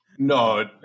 no